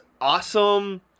awesome